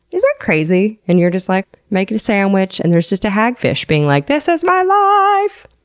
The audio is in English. is that crazy? and you're just like making a sandwich and there's just a hagfish, being like, this is my life!